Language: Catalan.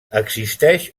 existeix